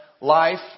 life